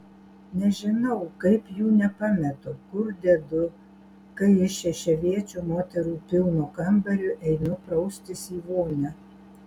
nežinau kaip jų nepametu kur dedu kai iš šešiaviečio moterų pilno kambario einu praustis į vonią